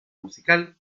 musical